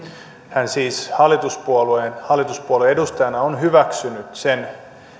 hän siis hallituspuolueen hallituspuolueen edustajana on hyväksynyt sen